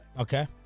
Okay